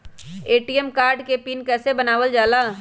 ATM card के PIN कैसे बनावल जाला?